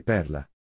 Perla